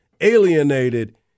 alienated